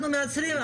אנחנו מייצרים,